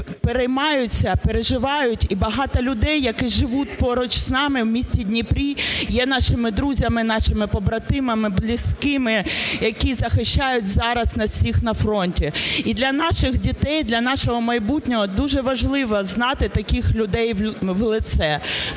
переймаються, переживають, і багато людей, які живуть поруч з нами, в місті Дніпрі, є нашими друзями і нашими побратимами, близькими, які захищають зараз нас всіх на фронті. І для наших дітей, для нашого майбутнього дуже важливо знати таких людей в лице.